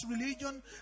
religion